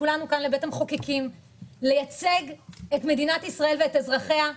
בבית המחוקקים - לייצג את מדינת ישראל ואת אזרחיה,